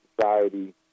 society